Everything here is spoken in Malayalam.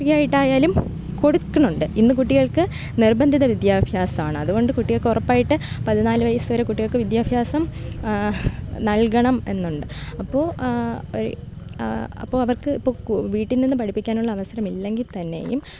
ഫ്രീ ആയിട്ടായാലും കൊടുക്കുന്നുണ്ട് ഇന്ന് കുട്ടികൾക്ക് നിർബന്ധിത വിദ്യാഭ്യാസമാണ് അതുകൊണ്ട് കുട്ടികൾക്ക് ഉറപ്പായിട്ട് പതിനാല് വയസ്സുവരെ കുട്ടികൾക്ക് വിദ്യാഭ്യാസം നൽകണം എന്നുണ്ട് അപ്പോൾ അപ്പോൾ അവർക്ക് ഇപ്പൊ വീട്ടിൽ നിന്ന് പഠിപ്പിക്കാനുള്ള അവസരം ഇല്ലെങ്കിൽ തന്നെയും